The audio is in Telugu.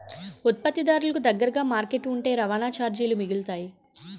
ఉత్పత్తిదారులకు దగ్గరగా మార్కెట్ ఉంటే రవాణా చార్జీలు మిగులుతాయి